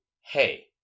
Hey